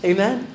Amen